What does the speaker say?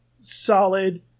solid